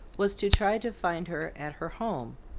was to try to find her at her home,